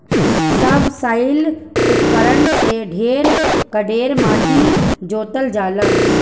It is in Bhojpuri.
सबसॉइल उपकरण से ढेर कड़ेर माटी जोतल जाला